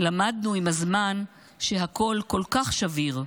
/ למדנו עם הזמן שהכול כל כך שביר.